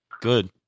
Good